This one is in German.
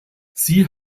sie